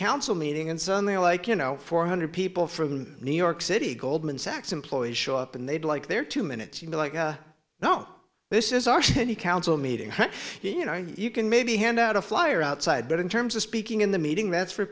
council meeting and so on they're like you know four hundred people from new york city goldman sachs employees show up and they'd like their two minutes you know like no this is our city council meeting you know you can maybe hand out a flyer outside but in terms of speaking in the meeting that's for